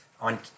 on